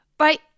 Right